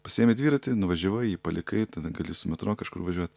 pasiėmei dviratį nuvažiavai jį palikai tada gali su metro kažkur važiuot